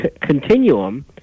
continuum